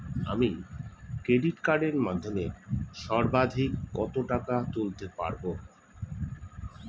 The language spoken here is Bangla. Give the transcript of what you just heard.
আমি ক্রেডিট কার্ডের মাধ্যমে সর্বাধিক কত টাকা তুলতে পারব?